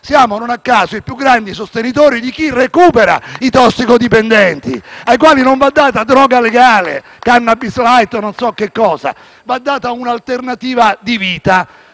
siamo, non a caso, i più grandi sostenitori di chi recupera i tossicodipendenti, ai quali non va data droga legale (*cannabis* *light* o non so che cosa) ma va data un'alternativa di vita,